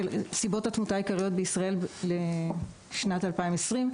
סיבות התמותה העיקריות בישראל לשנת 2020,